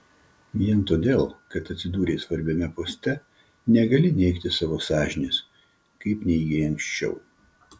vien todėl kad atsidūrei svarbiame poste negali neigti savo sąžinės kaip neigei anksčiau